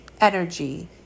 energy